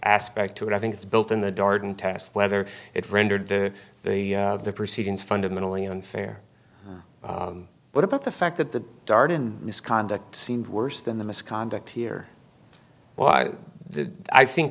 aspect to it i think it's built in the dardenne test whether it rendered the the the proceedings fundamentally unfair but about the fact that the garden misconduct seemed worse than the misconduct here well i think